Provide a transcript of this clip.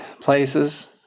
places